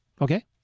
Okay